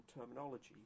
terminology